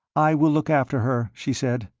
i will look after her, she said.